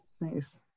Nice